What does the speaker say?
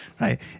right